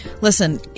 Listen